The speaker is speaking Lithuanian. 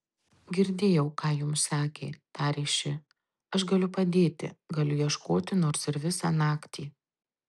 girdėjau ką jums sakė tarė ši aš galiu padėti galiu ieškoti nors ir visą naktį